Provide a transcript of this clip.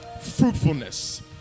fruitfulness